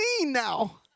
now